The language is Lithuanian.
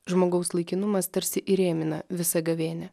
žmogaus laikinumas tarsi įrėmina visą gavėnią